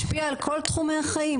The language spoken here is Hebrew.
משפיע על כל תחומי החיים,